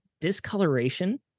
discoloration